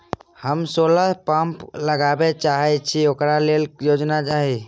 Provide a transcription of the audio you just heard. हम solar pump लगाबै चाहय छी ओकरा लेल योजना हय?